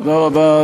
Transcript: תודה רבה.